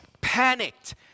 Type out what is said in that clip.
panicked